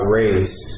race